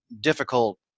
difficult